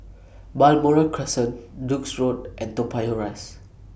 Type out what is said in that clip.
Balmoral Crescent Duke's Road and Toa Payoh Rise